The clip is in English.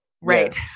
Right